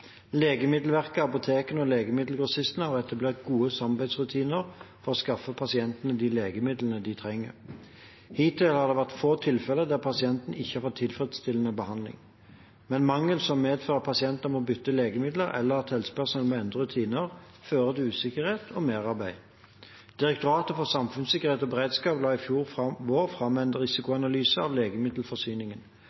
Legemiddelverket, apotekene og legemiddelgrossistene har etablert gode samarbeidsrutiner for å skaffe pasientene de legemidlene de trenger. Hittil har det vært få tilfeller der pasienten ikke har fått tilfredsstillende behandling. Men mangel som medfører at pasienter må bytte legemiddel, eller at helsepersonell må endre rutiner, fører til usikkerhet og merarbeid. Direktoratet for samfunnssikkerhet og beredskap la i fjor vår fram en